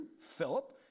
Philip